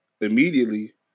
immediately